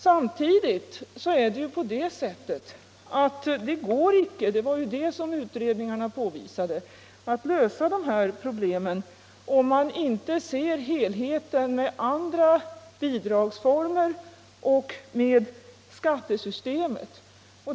Samtidigt är det, som utredningarna påvisat, inte möjligt att lösa dessa problem om man inte ser dem i det stora sammanhanget, dvs. mot bakgrund av andra bidragsformer och av skattesystemet.